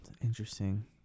interesting